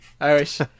Irish